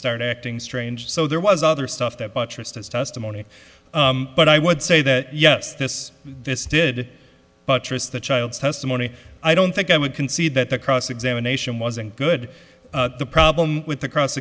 start acting strange so there was other stuff that buttress his testimony but i would say that yes this this did buttress the child's testimony i don't think i would concede that the cross examination wasn't good the problem with the cross